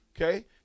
okay